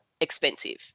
expensive